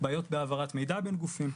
בעיות בהעברת מידע בין גופים.